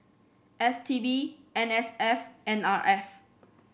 S T B N S F N R F